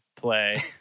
play